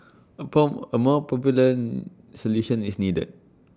A born A more permanent solution is needed